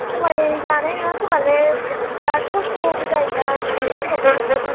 खमायजानाय नङाखोमालै बिराद खस्थ'बो जायोना खेबनायफोरावबो